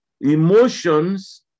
emotions